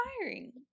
inspiring